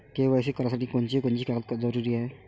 KYC करासाठी कोनची कोनची कागद जरुरी हाय?